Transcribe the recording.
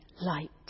light